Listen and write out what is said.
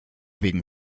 wegen